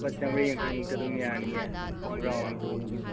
ꯂꯨꯄꯥ ꯆꯥꯃꯔꯤ ꯌꯥꯡꯈꯩ ꯃꯨꯛꯇ ꯑꯗꯨꯝ ꯌꯥꯅꯤꯌꯦ ꯈꯣꯡꯒ꯭ꯔꯥꯎ ꯑꯃ ꯇꯨꯕꯒꯤ